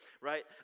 right